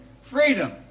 freedom